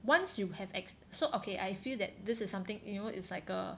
once you have ex~ so okay I feel that this is something you know it's like a